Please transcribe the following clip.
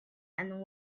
and